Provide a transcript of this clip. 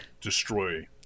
destroy